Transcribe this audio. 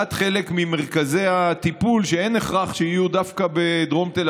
חלק ממרכזי הטיפול שאין הכרח שיהיו דווקא בדרום תל